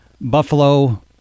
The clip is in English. Buffalo